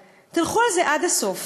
תלכו על זה עד הסוף,